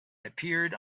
appeared